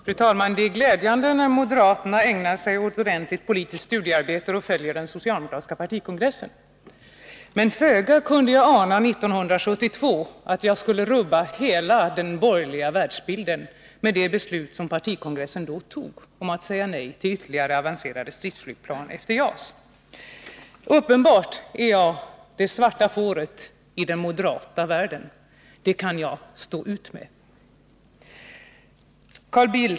Fru talman! Det är glädjande att moderaterna ägnar sig åt ordentligt politiskt studiearbete och följer den socialdemokratiska partikongressen. Men föga kunde jag 1972 ana att vi skulle rubba hela den borgerliga världsbilden med det beslut som partikongressen då fattade om att säga nej till ytterligare avancerade stridsflygplan efter JAS. Uppenbart är jag det svarta fåret i den moderata världen. Det kan jag dock stå ut med.